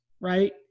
right